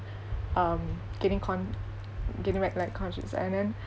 um getting con~ getting back like conscious and then